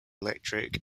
electric